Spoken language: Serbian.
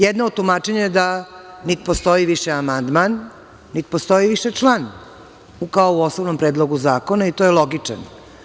Jedno od tumačenja je da nit postoji više amandman, nit postoji više član, kao u osnovnom predlogu zakona i to je logično.